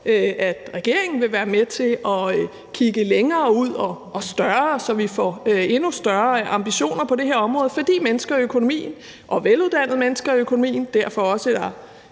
at regeringen vil være med til kigge længere og bredere ud, så vi får endnu højere ambitioner på det her område, for mennesker til økonomien og veluddannede mennesker til økonomien – derfor er der